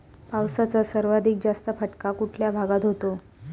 पावसाचा सर्वाधिक जास्त फटका कुठल्या भागात होतो?